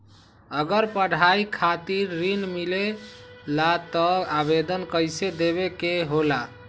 अगर पढ़ाई खातीर ऋण मिले ला त आवेदन कईसे देवे के होला?